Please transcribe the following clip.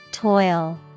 Toil